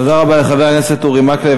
תודה רבה לחבר הכנסת אורי מקלב.